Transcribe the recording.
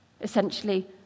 essentially